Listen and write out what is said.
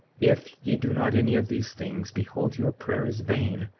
if ye do not any of these things, behold, your prayer is vain,